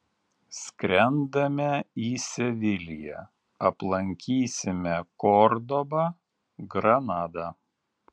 skrendame į seviliją aplankysime kordobą granadą